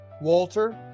Walter